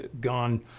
gone